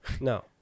No